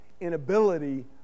inability